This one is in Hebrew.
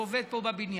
הוא עובד פה בבניין,